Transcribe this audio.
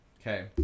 Okay